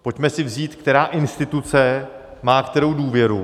Pojďme si říct, která instituce má kterou důvěru.